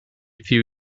few